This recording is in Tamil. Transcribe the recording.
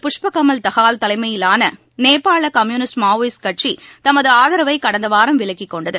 புஷ்ப கமல் தஹால் தலைமையிலான நேபாள கம்யூனிஸ்ட் மாவோயிஸ்ட் கட்சி தமது ஆதரவை கடந்த வாரம் விலக்கிக் கொண்டது